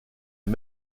les